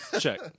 check